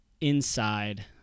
inside